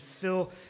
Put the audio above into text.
fill